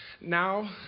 Now